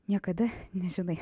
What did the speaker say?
niekada nežinai